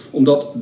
omdat